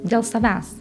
dėl savęs